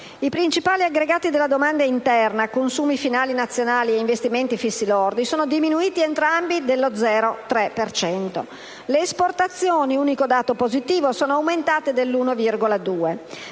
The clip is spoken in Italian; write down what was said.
I principali aggregati della domanda interna (consumi finali nazionali e investimenti fissi lordi) sono diminuiti entrambi dello 0,3 per cento. Le esportazioni (unico dato positivo) sono aumentate dell'1,2